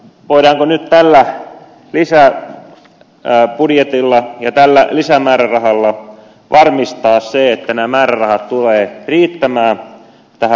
kysyisinkin nyt sitä voidaanko nyt tällä lisäbudjetilla ja tällä lisämäärärahalla varmistaa se että nämä määrärahat tulevat riittämään loppuvuoden ajaksi